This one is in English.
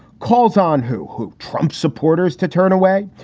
calls on who who trump supporters to turn away.